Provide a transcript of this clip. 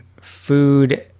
food